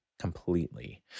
completely